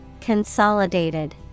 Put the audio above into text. Consolidated